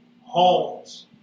homes